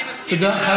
אני מסכים אתך,